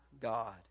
God